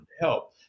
help